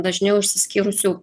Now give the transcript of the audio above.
dažniau išsiskyrusių